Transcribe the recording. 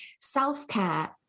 self-care